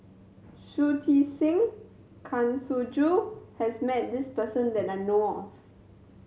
Shui Tit Sing and Kang Siong Joo has met this person that I know of